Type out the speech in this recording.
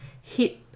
hit